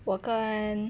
我跟